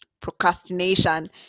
Procrastination